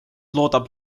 loodab